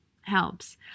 helps